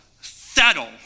settle